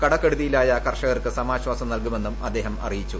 കടക്കെടുതിയിലായ കർഷകർക്ക് സമാശ്വാസം നൽകുമെന്നും അദ്ദേഹം അറിയിച്ചു